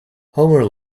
homer